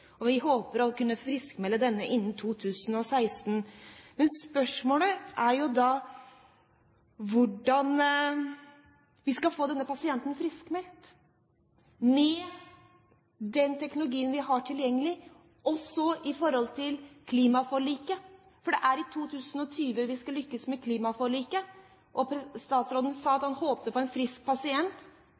vi friskmelder. Vi håper å kunne friskmelde denne innen 2016. Men spørsmålet er jo da hvordan vi skal få denne pasienten friskmeldt med den teknologien vi har tilgjengelig, også i forhold til klimaforliket, for det er i 2020 vi skal lykkes med klimaforliket. Statsråden sa at han håpet på en frisk pasient,